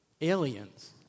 aliens